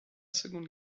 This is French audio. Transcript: seconde